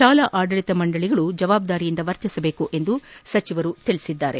ಶಾಲಾ ಆಡಳಿತ ಮಂಡಳಿಗಳು ಜವಾಬ್ದಾರಿಯಿಂದ ವರ್ತಿಸಬೇಕು ಎಂದು ಸಚಿವರು ತಿಳಿಸಿದ್ದಾರೆ